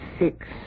six